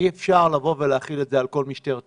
אי אפשר להחיל את זה על כל משטרת ישראל.